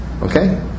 okay